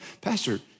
pastor